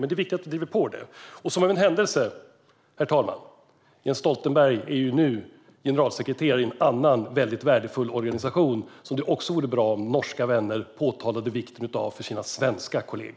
Men det är viktigt att vi driver på där - och som av en händelse, herr talman, är Jens Stoltenberg nu generalsekreterare för en annan värdefull organisation som det också vore bra om våra norska vänner påpekade vikten av för sina svenska kollegor.